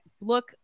look